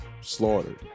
slaughtered